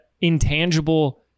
intangible